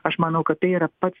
aš manau kad tai yra pats